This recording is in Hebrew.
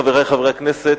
חברי חברי הכנסת,